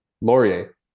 Laurier